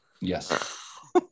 yes